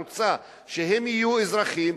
רוצה שהם יהיו אזרחים,